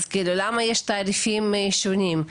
אז למה יש תעריפים שונים?